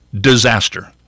disaster